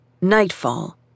Nightfall